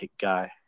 guy